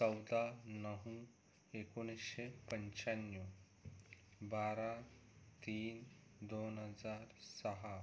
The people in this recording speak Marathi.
चौदा नऊ एकोणीसशे पंच्याण्णव बारा तीन दोन हजार सहा